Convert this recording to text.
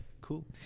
cool